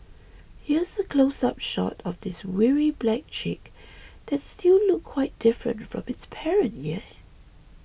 Here's a close up shot of this weary black chick that still looked quite different from its parent yeah